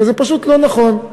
וזה פשוט לא נכון.